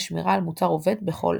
ושמירה על מוצר עובד כל העת.